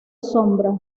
sombra